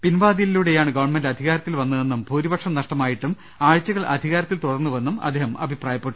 പിൻവാതിലിലൂടെയാണ് government അധികാരത്തിൽ വന്നതെന്നും ഭൂരിപക്ഷം നഷ്ടമായിട്ടും ആഴ്ചകൾ അധികാ രത്തിൽ തുടർന്നുവെന്നും അദ്ദേഹം അഭിപ്രായപ്പെട്ടു